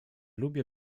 lubię